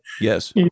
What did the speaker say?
Yes